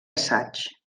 assaig